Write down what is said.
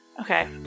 Okay